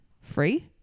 Free